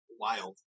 wild